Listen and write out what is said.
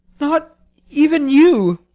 not even you?